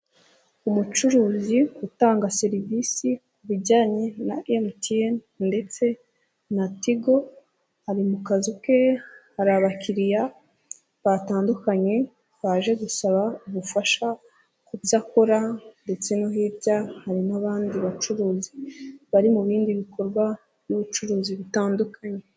Umucuruzi utanga serivisi ku bijyanye na MTN, ndetse na TIGO ari mu kazi ke hari abakiriya batandukanye baje gusaba ubufasha ku byo akora ndetse no hirya hari n'abandi bacuruzi bari mu bindi bikorwa n'ubucuruzi bitandukanye.